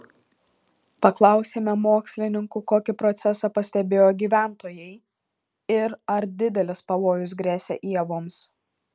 paklausėme mokslininkų kokį procesą pastebėjo gyventojai ir ar didelis pavojus gresia ievoms